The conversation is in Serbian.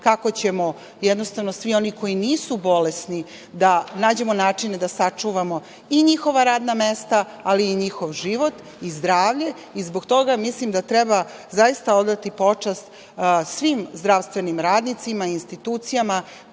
kako ćemo, jednostavno svi oni koji nisu bolesni da nađemo načine da sačuvamo i njihova radna mesta, ali i njihov život i zdravlje. Zbog toga, mislim da treba zaista odati počast svim zdravstvenim radnicima i institucijama